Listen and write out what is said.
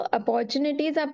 opportunities